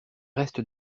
reste